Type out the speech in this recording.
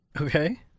Okay